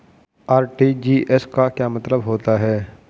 RTGS का क्या मतलब होता है?